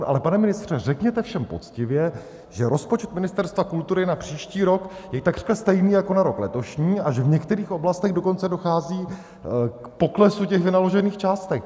Ale pane ministře, řekněte všem poctivě, že rozpočet Ministerstva kultury na příští rok je takřka stejný jako na rok letošní a že v některých oblastech dokonce dochází k poklesu vynaložených částek.